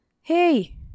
hey